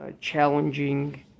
challenging